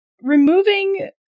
removing